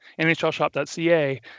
NHLShop.ca